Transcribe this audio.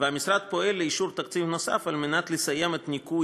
והמשרד פועל לאישור תקציב נוסף כדי לסיים את ניקוי